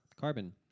carbon